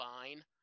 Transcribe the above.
fine